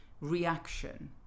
reaction